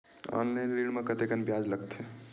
Online ऋण म कतेकन ब्याज लगथे?